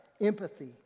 Empathy